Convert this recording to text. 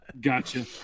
Gotcha